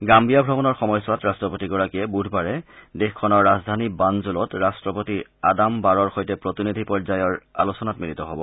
Gambia ভ্ৰমণৰ সময়ছোৱাত ৰাট্টপতিগৰাকীয়ে বুধবাৰে দেশখনৰ ৰাজধানী বানজুলত ৰাট্টপতি আদাম বাৰৰ সৈতে প্ৰতিনিধি পৰ্যায়ৰ আলোচনাত মিলিত হব